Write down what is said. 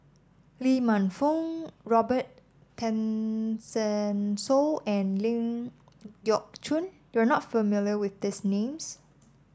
Lee Man Fong Robin Tessensohn and Ling Geok Choon you are not familiar with these names